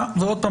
וזה בסדר,